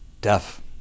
deaf